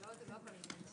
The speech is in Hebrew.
הישיבה נעולה.